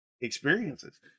experiences